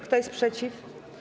Kto jest przeciw?